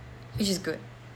which is good